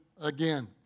again